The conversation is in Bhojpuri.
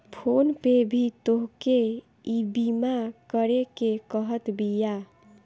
फ़ोन पे भी तोहके ईबीमा करेके कहत बिया